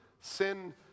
sin